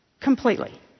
Completely